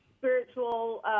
spiritual